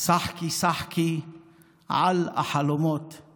"שחקי שחקי על החלומות /